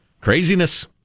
Craziness